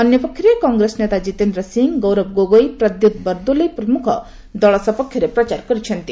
ସେହିପରି କଂଗ୍ରେସ ନେତା ଜିତେନ୍ଦ୍ର ସିଂ ଗୌରବ ଗୋଗୋଇ ପ୍ରଦ୍ୟୁତ ବର୍ଦୋଲୋଇ ପ୍ରମୁଖ ଦଳ ସପକ୍ଷରେ ପ୍ରଚାର କରିଛନ୍ତି